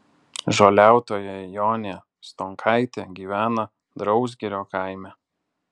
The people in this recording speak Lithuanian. žoliautoja jonė stonkaitė gyvena drausgirio kaime